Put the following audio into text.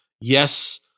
Yes